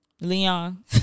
Leon